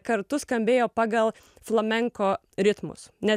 kartu skambėjo pagal flamenko ritmus nes